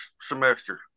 semester